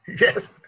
Yes